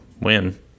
win